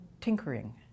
tinkering